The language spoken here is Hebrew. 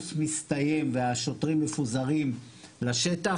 שהקורס מסתיים והשוטרים מפוזרים לשטח,